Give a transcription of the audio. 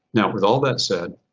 now, with all that said,